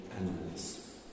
animals